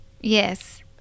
Yes